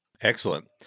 Excellent